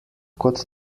kod